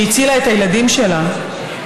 שהצילה את הילדים שלה.